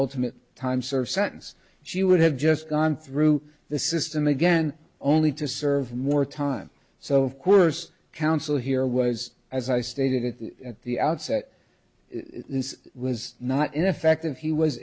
ultimate time served sentence she would have just gone through the system again only to serve more time so worse counsel here was as i stated at the outset this was not ineffective he was